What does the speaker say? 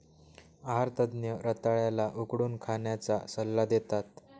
आहार तज्ञ रताळ्या ला उकडून खाण्याचा सल्ला देतात